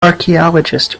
archaeologists